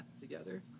together